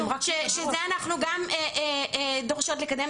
שאת זה אנחנו גם דורשות לקדם,